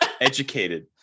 educated